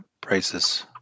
prices